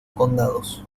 condados